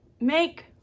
make